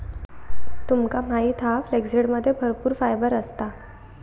तुमका माहित हा फ्लॅक्ससीडमध्ये भरपूर फायबर असता